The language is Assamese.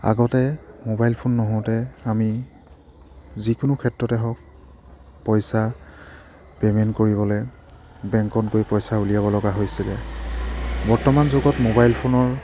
আগতে মোবাইল ফোন নহওঁতে আমি যিকোনো ক্ষেত্ৰতে হওক পইচা পে'মেণ্ট কৰিবলে বেংকত গৈ পইচা উলিয়াব লগা হৈছিলে বৰ্তমান যুগত মোবাইল ফোনৰ